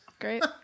great